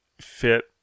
fit